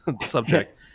subject